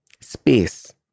Space